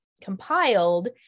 compiled